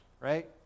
right